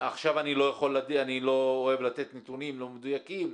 אני לא אוהב לתת נתונים לא מדויקים.